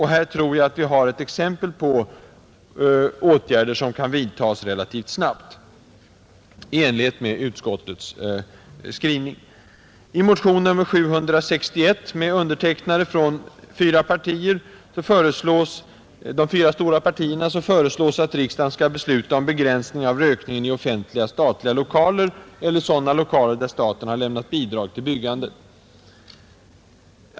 Här tror jag att vi har exempel på åtgärder som kan vidtas relativt snabbt i enlighet med utskottets skrivning. I motionen 761 — med undertecknare från de fyra stora partierna — föreslås att riksdagen skall besluta om begränsning av rökningen i offentliga statliga lokaler eller sådana lokaler där staten har lämnat bidrag till byggandet.